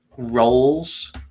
roles